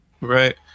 Right